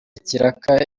ikiraka